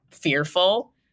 fearful